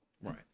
right